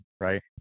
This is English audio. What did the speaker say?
right